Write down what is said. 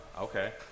Okay